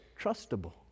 trustable